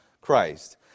Christ